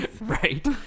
Right